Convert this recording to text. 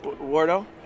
Wardo